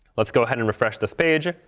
let's go ahead and refresh this page.